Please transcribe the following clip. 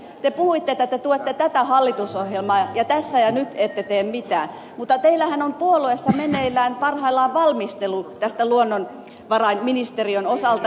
te puhuitte että te tuette tätä hallitusohjelmaa ja tässä ja nyt ette tee mitään mutta teillähän on puolueessa meneillään parhaillaan valmistelu tämän luonnonvaraministeriön osalta